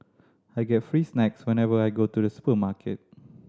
I get free snacks whenever I go to the supermarket